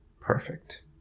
perfect